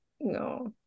No